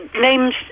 name's